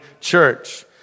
church